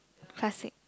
classic